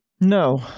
No